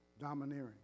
Domineering